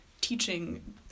teaching